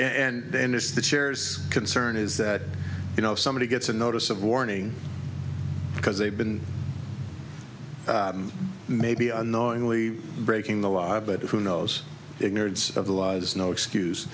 and then it's the chairs concern is that you know if somebody gets a notice of warning because they've been maybe unknowingly breaking the law but who knows ignorance of the law is no excuse